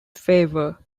favour